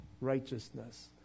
righteousness